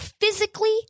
physically